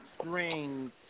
strings